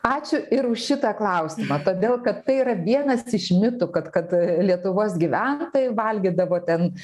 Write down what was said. ačiū ir už šitą klausimą todėl kad tai yra vienas iš mitų kad kad lietuvos gyventojai valgydavo ten